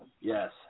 Yes